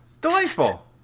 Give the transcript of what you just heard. delightful